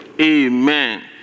Amen